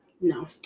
No